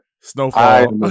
Snowfall